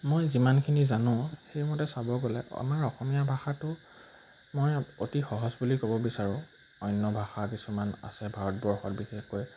মই যিমানখিনি জানো সেইমতে চাব গ'লে আমাৰ অসমীয়া ভাষাটো মই অতি সহজ বুলি ক'ব বিচাৰোঁ অন্য ভাষা কিছুমান আছে ভাৰতবৰ্ষত বিশেষকৈ